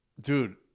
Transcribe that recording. dude